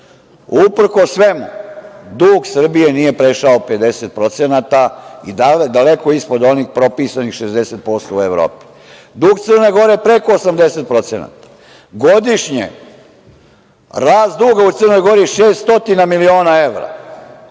Uprkos svemu dug Srbije nije prešao 50% i daleko je ispod onih propisanih 60% u Evropi. Dug Crne Gore je preko 80%. Godišnje rast duga u Crnoj Gori je 600 miliona evra,